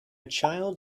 child